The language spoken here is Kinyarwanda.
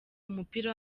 umupira